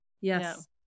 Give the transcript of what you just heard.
Yes